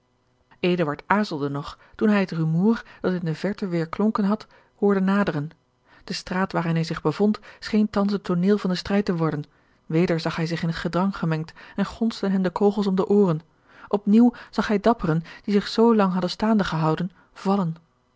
aarzelde nog toen hij het rumoer dat in de verte weêrklonken had hoorde naderen de straat waarin hij zich bevond scheen thans het tooneel van den strijd te worden weder zag hij zich in het gedrang gemengd en gonsden hem de kogels om de ooren op nieuw zag hij dapperen die zich zlang hadden staande gehouden vallen